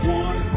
one